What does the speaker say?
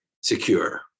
secure